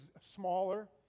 smaller